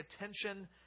attention